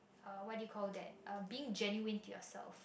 uh what do you call that uh being genuine to yourself